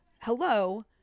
hello